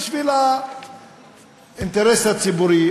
בשביל האינטרס הציבורי,